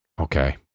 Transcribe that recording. Okay